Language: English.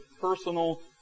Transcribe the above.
personal